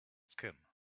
skin